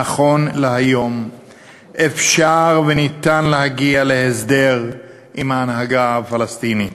נכון להיום אפשר וניתן להגיע להסדר עם ההנהגה הפלסטינית.